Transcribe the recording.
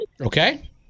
Okay